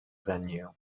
venue